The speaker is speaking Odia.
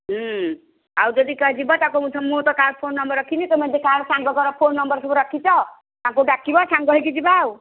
ଆଉ ଯଦି କାଲି ଯିବ ତାକୁ ମୁଁ ତ କାହା ଫୋନ୍ ନମ୍ବର୍ ରଖିନି ତୁମେ ଯଦି କାହା ସାଙ୍ଗଙ୍କର ଫୋନ୍ ନମ୍ବର୍ ସବୁ ରଖିଛ ତାଙ୍କୁ ଡାକିବ ସାଙ୍ଗ ହୋଇକି ଯିବା ଆଉ